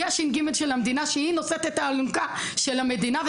היא הש"ג של המדינה שהיא נושאת את האלונקה של המדינה,